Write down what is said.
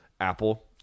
Apple